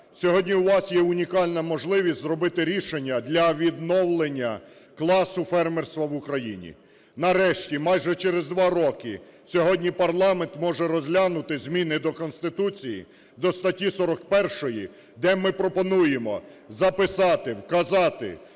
Сьогодні у вас є унікальна можливість зробити рішення для відновлення класу фермерства в Україні. Нарешті, майже через 2 роки, сьогодні парламент може розглянути зміни до Конституції до статті 41, де ми пропонуємо записати, вказати,